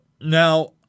Now